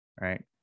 right